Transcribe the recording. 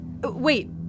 Wait